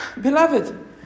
Beloved